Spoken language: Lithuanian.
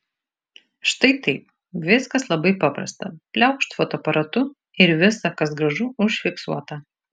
štai taip viskas labai paprasta pliaukšt fotoaparatu ir visa kas gražu užfiksuota